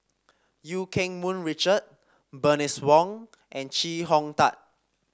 Eu Keng Mun Richard Bernice Wong and Chee Hong Tat